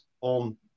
on